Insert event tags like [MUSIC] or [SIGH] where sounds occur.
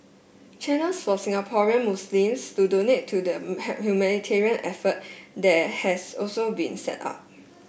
channels for Singaporean Muslims to donate to the [UNINTELLIGIBLE] humanitarian effort there has also been set up